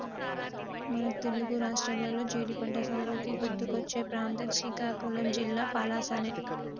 మన తెలుగు రాష్ట్రాల్లో జీడి పంటసాగుకి గుర్తుకొచ్చే ప్రాంతం శ్రీకాకుళం జిల్లా పలాసనే